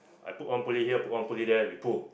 I put one pulley here put one pulley there we pull